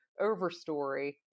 Overstory